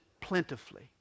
plentifully